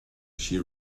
she